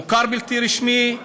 מוכר בלתי רשמי,